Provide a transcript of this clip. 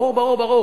ברור, ברור.